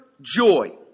Joy